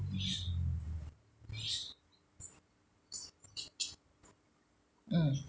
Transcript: mm